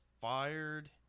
fired –